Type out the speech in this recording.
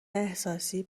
احساسی